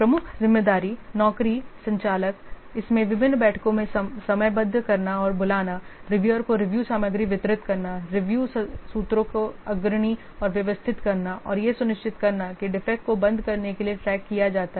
प्रमुख जिम्मेदारी नौकरी संचालक इसमें विभिन्न बैठकों को समयबद्ध करना और बुलाना रिव्यूअर को रिव्यू सामग्री वितरित करना रिव्यू सत्रों को अग्रणी और व्यवस्थित करना और यह सुनिश्चित करना कि डिफेक्ट को बंद करने के लिए ट्रैक किया जाता है